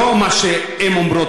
לא מה שהן אומרות.